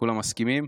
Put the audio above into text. כולם מסכימים?